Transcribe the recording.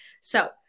So-